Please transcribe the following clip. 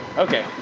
okay,